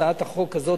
הצעת החוק הזאת,